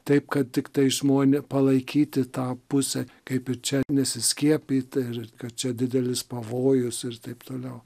taip kad tiktai žmone palaikyti tą pusę kaip ir čia nesiskiepyt ar kad čia didelis pavojus ir taip toliau